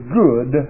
good